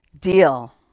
Deal